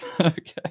okay